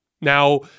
Now